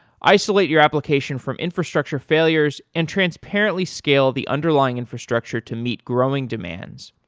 isolate your application from infrastructure failures and transparently scale the underlying infrastructure to meet growing demands,